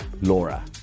Laura